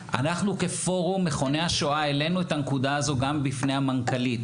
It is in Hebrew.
אנחנו כפורום מכוני השואה העלינו את הנקודה הזאת גם בפני המנכ"לית